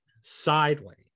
sideways